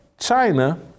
China